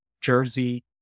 Jersey